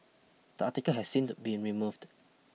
the article has since been removed